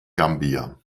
gambia